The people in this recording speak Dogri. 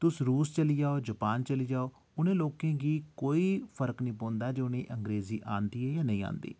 तुस रूस चली जाओ जपान चली जाओ उ'नें लोकें गी कोई फर्क नेई पौंदा जे उ'नेंगी अंग्रेजी आंदी ऐ जां नेईं औंदी